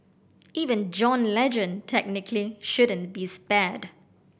even John Legend technically shouldn't be spared